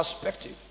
perspective